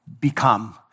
become